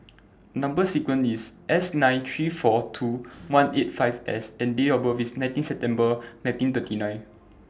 Number sequence IS S nine three four two one eight five S and Date of birth IS nineteen September nineteen thirty nine